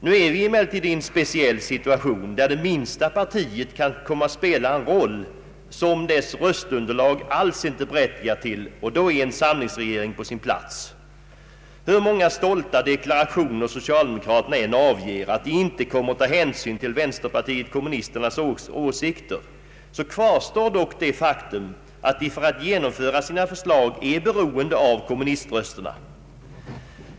Nu är vi emellertid i en speciell situation där det minsta partiet kan komma att spela en roll som dess röstunderlag alls inte berättigar till, och då är en samlingsregering på sin plats. Hur många stolta deklarationer socialdemokraterna än avger att de inte kommer att ta hänsyn till vänsterpartiet kommunisternas åsikter, kvarstår dock faktum att de för att genomföra sina förslag är beroende av kommuniströsterna.